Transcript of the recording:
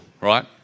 right